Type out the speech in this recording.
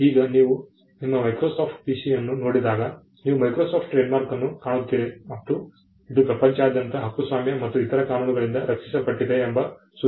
ಈಗ ನೀವು ನಿಮ್ಮ ಮೈಕ್ರೋಸಾಫ್ಟ್ PC ಯನ್ನು ನೋಡಿದಾಗ ನೀವು ಮೈಕ್ರೋಸಾಫ್ಟ್ ಟ್ರೇಡ್ಮಾರ್ಕ್ ಅನ್ನು ಕಾಣುತ್ತೀರಿ ಮತ್ತು ಇದು ಪ್ರಪಂಚದಾದ್ಯಂತದ ಹಕ್ಕುಸ್ವಾಮ್ಯ ಮತ್ತು ಇತರ ಕಾನೂನುಗಳಿಂದ ರಕ್ಷಿಸಲ್ಪಟ್ಟಿದೆ ಎಂಬ ಸೂಚನೆ ಬರುತ್ತದೆ